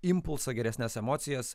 impulsą geresnes emocijas